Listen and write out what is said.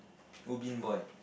Ubin Boy